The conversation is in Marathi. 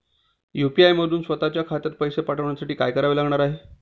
यू.पी.आय मधून स्वत च्या खात्यात पैसे पाठवण्यासाठी काय करावे लागणार आहे?